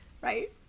right